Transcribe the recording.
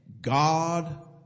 God